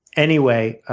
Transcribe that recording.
anyway,